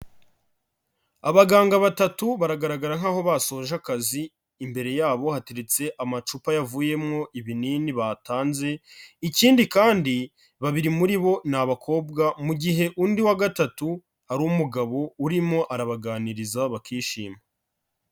Abaganga batatu baragaragara nk'aho basoje akazi, imbere yabo hateretse amacupa yavuyemo ibinini batanze, ikindi kandi babiri muri bo ni abakobwa, mu gihe undi wa gatatu ari umugabo urimo arabaganiriza bakishima.